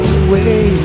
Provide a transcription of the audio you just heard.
away